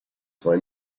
zwei